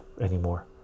anymore